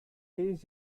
his